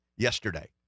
Yesterday